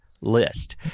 list